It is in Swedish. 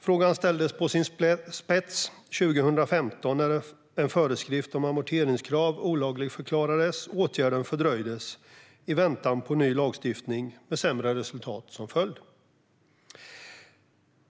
Frågan ställdes på sin spets 2015, när en föreskrift om amorteringskrav olagligförklarades och åtgärden fördröjdes i väntan på ny lagstiftning med sämre resultat som följd.